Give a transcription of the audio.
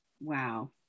Wow